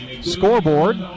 scoreboard